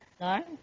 No